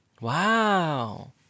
Wow